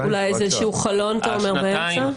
אולי איזשהו חלון, אתה אומר, באמצע?